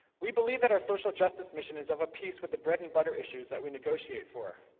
we believe that our social justice mission is of a piece with the bread-and-butter issues that we negotiate for.